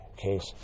case